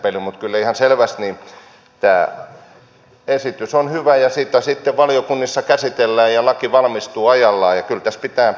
mutta kyllä ihan selvästi tämä esitys on hyvä ja sitä sitten valiokunnissa käsitellään ja laki valmistuu ajallaan ja kyllä tässä pitää eteenpäin mennä